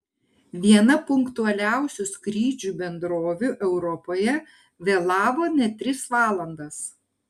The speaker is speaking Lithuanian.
viena punktualiausių skrydžių bendrovių europoje vėlavo net tris valandas